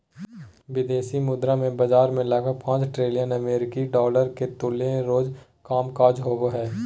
विदेशी मुद्रा बाजार मे लगभग पांच ट्रिलियन अमेरिकी डॉलर के तुल्य रोज कामकाज होवो हय